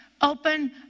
Open